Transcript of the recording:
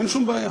אין שום בעיה.